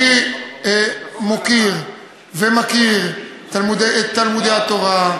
אני מוקיר ומכיר את תלמודי-התורה,